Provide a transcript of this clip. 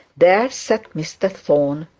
there sat mr thorne,